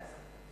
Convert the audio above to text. סליחה?